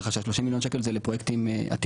ככה שה-30 מיליון שקלים זה לפרויקטים עתידיים.